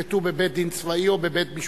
בבקשה, גברתי.